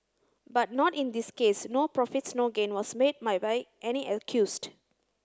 but not in this case no profits no gain was made my by any accused